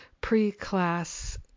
pre-class